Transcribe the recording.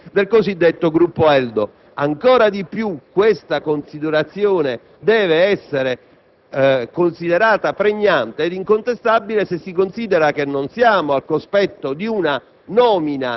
Più in particolare, nessun dubbio può esservi sul fatto che i risultati dell'azione del Ministro delle attività produttive *pro tempore* abbiano corrisposto alla realizzazione di un interesse pubblico nell'esercizio della funzione di Governo,